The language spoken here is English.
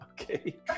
Okay